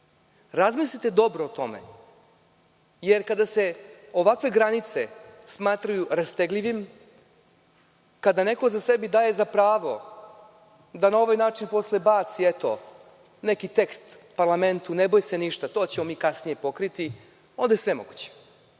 Razmislite dobro o tome, jer kada se ovakve granice smatraju rastegljivim, kada neko sebi daje za pravo da na ovaj način posle baci eto neki tekst parlamentu, ne boj se ništa, to ćemo mi kasnije pokriti, onda je sve moguće. Strah